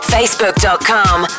Facebook.com